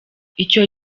icyo